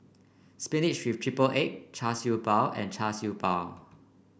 spinach with triple egg Char Siew Bao and Char Siew Bao